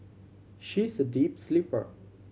she's a deep sleeper